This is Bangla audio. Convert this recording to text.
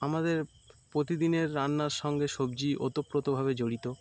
আমাদের প্রতিদিনের রান্নার সঙ্গে সবজি ওতপ্রোতভাবে জড়িত